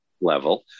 level